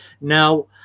Now